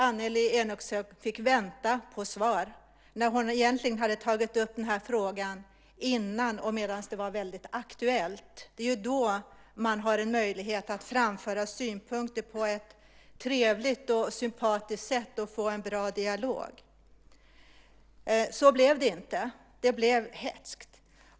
Annelie Enochson fick vänta på svar, när hon egentligen hade tagit upp den här frågan medan den var mycket aktuell. Det är ju då man har en möjlighet att framföra synpunkter på ett trevligt och sympatiskt sätt och få en bra dialog. Så blev det inte. Det blev hätskt.